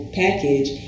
package